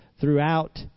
throughout